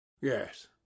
Yes